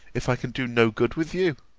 if i can do no good with you.